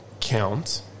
count